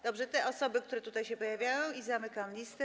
Dobrze - te osoby, które tutaj się pojawiają, i zamykam listę.